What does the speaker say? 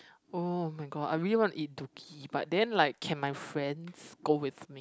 [oh]-my-god I really want to eat Dookki but then like can my friends go with me